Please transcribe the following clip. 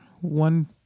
one